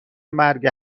مرگ